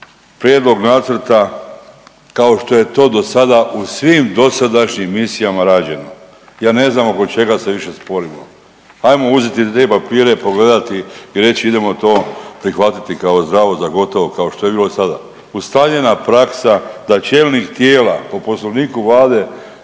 prijedlog nacrta kao što je to do sada u svim dosadašnjim misijama rađeno. Ja ne znam oko čega se više sporimo. Ajmo uzeti te papire pogledati i reći idemo to prihvatiti kao zdravo za gotovo kao što je bilo do sada. Ustaljena praksa da čelnik tijela poslovniku Vlade